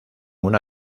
una